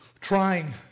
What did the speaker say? trying